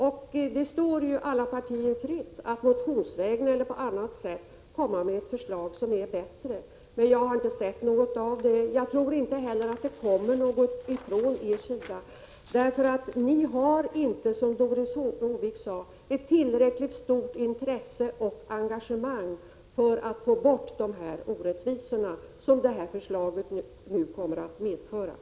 Det står alla partier fritt att motionsvägen eller på annat sätt lägga fram förslag som är bättre. Men jag har inte sett några sådana, och jag tror inte heller att det kommer några från er. Ni har nämligen inte, som Doris Håvik sade, ett tillräckligt stort intresse och engagemang för att få bort orättvisorna. Det är vad det framlagda förslaget går ut på.